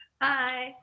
Bye